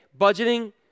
budgeting